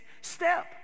step